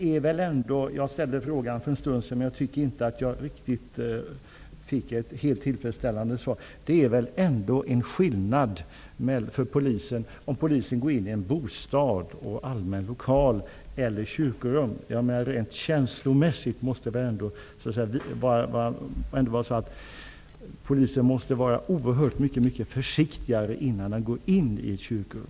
Fru talman! Jag vill bara göra en avslutande kommentar. Jag tycker inte att jag fick ett tillfredsställande svar på min fråga. Det är väl ändå skillnad om polisen går in i en bostad, en allmän lokal eller ett kyrkorum? Rent känslomässigt måste väl polisen vara oerhört mycket försiktigare när den går in i ett kyrkorum?